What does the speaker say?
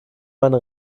meine